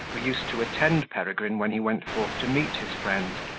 who used to attend peregrine when he went forth to meet his friend,